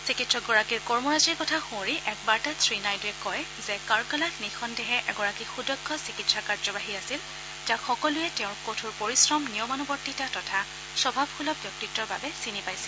চিকিৎসক গৰাকীৰ কৰ্মৰাজিৰ কথা সুঁৱৰি এক বাৰ্তাত শ্ৰীনাইডুৱে কয় যে ডাঃ কাৰ্কালা নিঃসন্দেহে এগৰাকী সুদক্ষ চিকিৎসা কাৰ্যবাহী আছিল যাক সকলোৱে তেওঁৰ কঠোৰ পৰিশ্ৰম নিয়মানুৱৰ্তিতা তথা স্বভাৱসূলভ ব্যক্তিত্বৰ বাবে চিনি পাইছিল